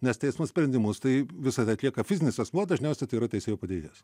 nes teismo sprendimus tai visada atlieka fizinis asmuo dažniausiai tai yra teisėjo padėjėjas